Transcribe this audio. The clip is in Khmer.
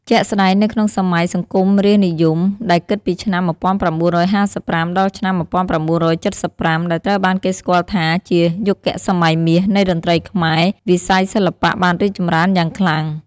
ជាក់ស្ដែងនៅក្នុងសម័យសង្គមរាស្ត្រនិយម ដែលគិតពីឆ្នាំ ១៩៥៥ ដល់ឆ្នាំ ១៩៧៥ ដែលត្រូវបានគេស្គាល់ថាជា "យុគសម័យមាស" នៃតន្ត្រីខ្មែរ វិស័យសិល្បៈបានរីកចម្រើនយ៉ាងខ្លាំង។